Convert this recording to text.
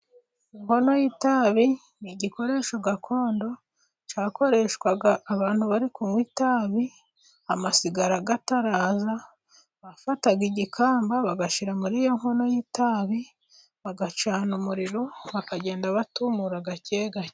Inkono y'itabi ni igikoresho gakondo cyakoreshwaga abantu bari kunywa itabi amasigara ataraza, bafataga igikamba bagashyira muri iyo nkono y'itabi bagacana umuriro, bakagenda batumura gake gake.